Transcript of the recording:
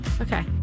Okay